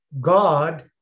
God